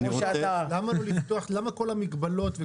למה כל המגבלות?